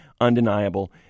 undeniable